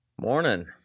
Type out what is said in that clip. Morning